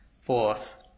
Fourth